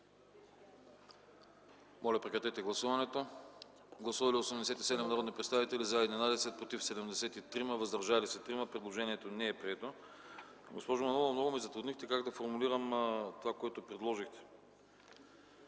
комисията не подкрепя. Гласували 87 народни представители: за 11, против 73, въздържали се 3-ма. Предложението не е прието. Госпожо Манолова, много ме затруднихте как да формулирам това, което предложихте,